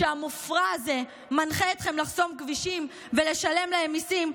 שהמופרע הזה מנחה אתכם לחסום כבישים ולשלם להם מיסים,